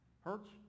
hurts